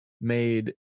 made